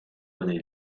donné